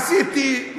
עשיתי,